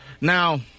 now